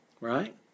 Right